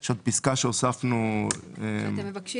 יש עוד פסקה שהוספנו --- שאתם מבקשים